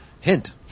Hint